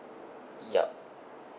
yup